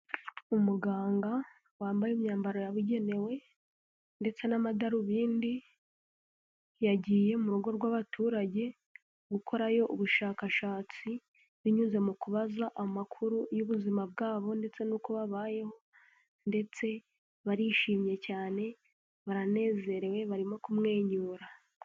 Umuganga wambaye imyambaro yabugenewe ndetse n'amadarubindi, yagiye mu rugo rw'abaturage gukorayo ubushakashatsi, binyuze mu kubaza amakuru y'ubuzima bwabo ndetse nuko babayeho, ndetse barishimye cyane, baranezerewe, barimo kumwenyura.